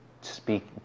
speak